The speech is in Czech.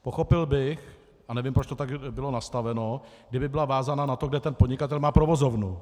Pochopil bych a nevím, proč to tak bylo nastaveno , kdyby byla vázána na to, kde ten podnikatel má provozovnu.